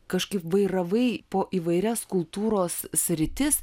kažkaip vairavai po įvairias kultūros sritis